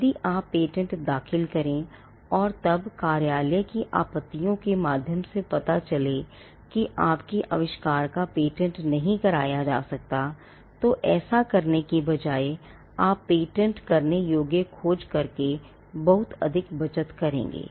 यदि आप पेटेंट दाखिल करें और तब कार्यालय की आपत्तियों के माध्यम से पता चले कि आपके अविष्कार का पेटेंट नहीं कराया जा सकता है तो ऐसा करने की बजाय आप पेटेंट करने योग्य खोज करके बहुत अधिक बचत करेंगे